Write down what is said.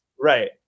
Right